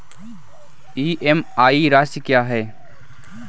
EMI राशि क्या है?